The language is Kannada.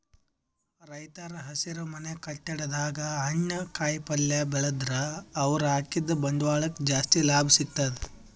ರೈತರ್ ಹಸಿರುಮನೆ ಕಟ್ಟಡದಾಗ್ ಹಣ್ಣ್ ಕಾಯಿಪಲ್ಯ ಬೆಳದ್ರ್ ಅವ್ರ ಹಾಕಿದ್ದ ಬಂಡವಾಳಕ್ಕ್ ಜಾಸ್ತಿ ಲಾಭ ಸಿಗ್ತದ್